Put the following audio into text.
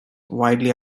widely